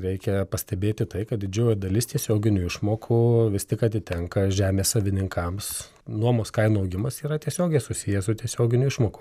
reikia pastebėti tai kad didžioji dalis tiesioginių išmokų vis tik atitenka žemės savininkams nuomos kainų augimas yra tiesiogiai susijęs su tiesioginių išmokų